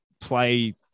play